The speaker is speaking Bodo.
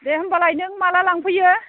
दे होमबालाय नों माला लांफैयो